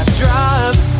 drive